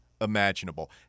imaginable